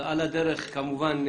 על הדרך כמובן,